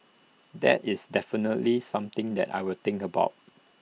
that is definitely something that I will think about